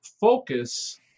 focus